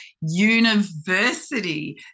university